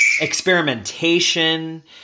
experimentation